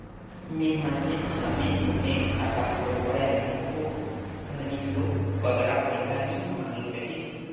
मेंहा जेन समे में बेंक खाता खोलवाए रहें ओ घनी दो बगरा पइसा नी मांगे रहिस